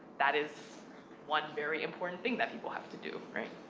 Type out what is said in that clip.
that is one very important thing that people have to do, right?